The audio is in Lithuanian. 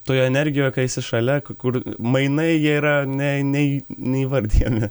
toje energijoje kai esi šalia kur mainai jie yra nei neį neįvardijami